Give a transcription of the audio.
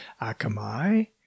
Akamai